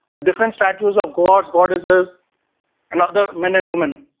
different statues of gods, goddesses and other men and women.